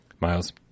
Miles